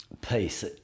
peace